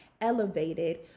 Elevated